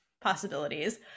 possibilities